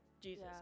jesus